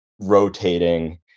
rotating